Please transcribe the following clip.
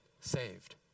saved